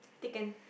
thick and